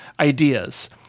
ideas